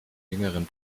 jüngeren